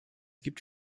gibt